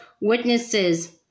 witnesses